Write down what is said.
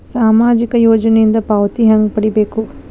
ಸಾಮಾಜಿಕ ಯೋಜನಿಯಿಂದ ಪಾವತಿ ಹೆಂಗ್ ಪಡಿಬೇಕು?